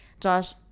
josh